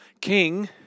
king